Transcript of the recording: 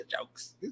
jokes